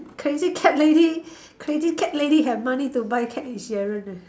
crazy cat lady crazy cat lady have money to buy cat insurance eh